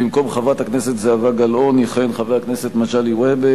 במקום חברת הכנסת זהבה גלאון יכהן חבר הכנסת מגלי והבה,